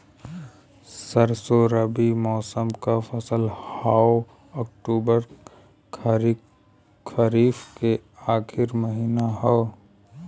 सरसो रबी मौसम क फसल हव अक्टूबर खरीफ क आखिर महीना हव